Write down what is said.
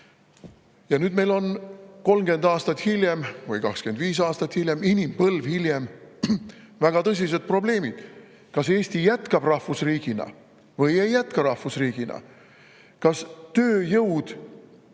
Ja nüüd, 30 aastat hiljem või 25 aastat hiljem, inimpõlv hiljem, on meil väga tõsised probleemid. Kas Eesti jätkab rahvusriigina või ei jätka rahvusriigina? Kas tööjõud